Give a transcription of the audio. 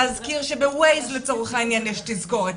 להזכיר שבווייז לצורך העניין יש תזכורת,